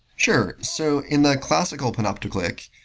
sure. so in a classical panopticlick,